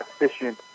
efficient